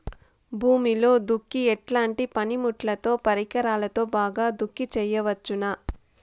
భూమిలో దుక్కి ఎట్లాంటి పనిముట్లుతో, పరికరాలతో బాగా దుక్కి చేయవచ్చున?